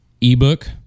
Ebook